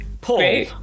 Paul